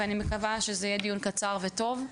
ואני מקווה שזה יהיה דיון קצר וטוב.